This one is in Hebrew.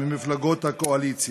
ממפלגות הקואליציה,